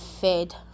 fed